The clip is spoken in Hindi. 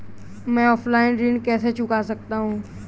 मैं ऑफलाइन ऋण कैसे चुका सकता हूँ?